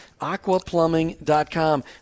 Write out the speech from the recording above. aquaplumbing.com